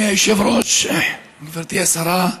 אדוני היושב-ראש, גברתי השרה,